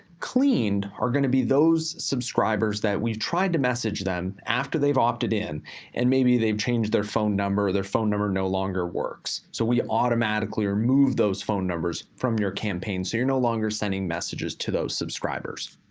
cleaned are gonna be those subscribers that we've tried to message them after they've opted-in and maybe they've changed their phone number, number, their phone number no longer works. so we automatically remove those phone numbers from your campaign, so you're no longer sending messages to those subscribers.